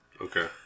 Okay